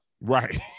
Right